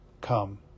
come